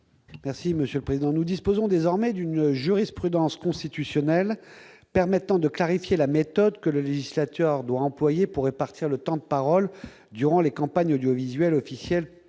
M. David Assouline. Nous disposons désormais d'une jurisprudence constitutionnelle permettant de clarifier la méthode que le législateur doit employer pour répartir le temps de parole durant les campagnes audiovisuelles officielles